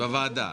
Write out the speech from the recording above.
בישיבה הקודמת.